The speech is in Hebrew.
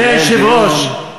אדוני היושב-ראש,